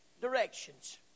directions